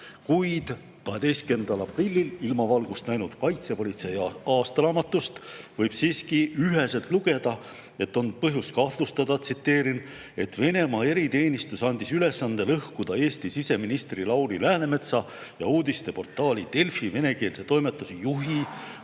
Kuid 12. aprillil ilmavalgust näinud kaitsepolitsei aastaraamatust võib siiski üheselt lugeda, et on põhjust kahtlustada, et Venemaa eriteenistus andis ülesande lõhkuda Eesti siseministri Lauri Läänemetsa ja uudisteportaali Delfi venekeelse toimetuse juhi